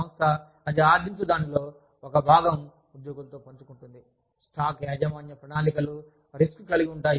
సంస్థ అది ఆర్జించు దానిలో ఒక భాగం ఉద్యోగులతో పంచుకుంటుంది స్టాక్ యాజమాన్య ప్రణాళికలు రిస్క్ కలిగి ఉంటాయి